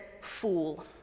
fool